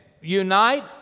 unite